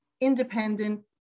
independent